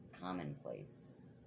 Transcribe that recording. commonplace